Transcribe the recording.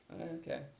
Okay